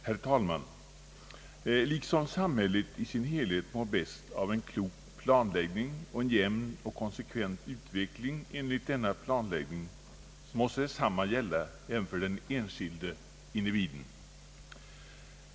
Herr talman! Liksom samhället i sin helhet mår bäst av en klok planläggning och en jämn och konsekvent utveckling enligt denna planläggning måste detsamma gälla även för den enskilde individen.